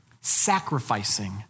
sacrificing